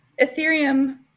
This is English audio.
ethereum